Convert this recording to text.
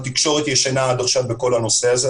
התקשורת ישנה עד עכשיו בכל הנושא הזה.